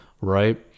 right